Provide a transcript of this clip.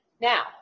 Now